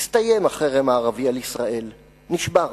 הסתיים החרם הערבי על ישראל, נשבר.